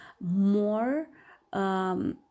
more